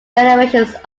generations